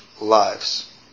lives